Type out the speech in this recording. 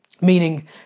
meaning